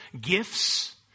gifts